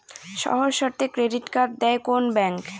সহজ শর্তে credit card দেয় কোন ব্যাংক?